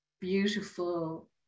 beautiful